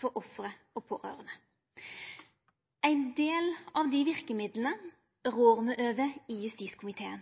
for ofra og pårørande. Ein del av dei verkemidla rår me over i justiskomiteen.